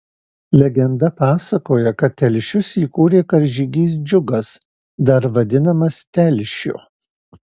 legenda pasakoja kad telšius įkūrė karžygys džiugas dar vadinamas telšiu